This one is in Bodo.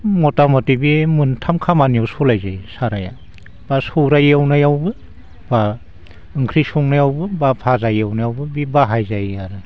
मथा मथि बे मोनथाम खामानियाव सालाय जायो साराया बा सौराय एवनायावबो बा ओंख्रि संनायावबो बा भाजा एवनायावबो बे बाहायजायो आरो